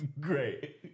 Great